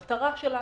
מה המטרה הציבורית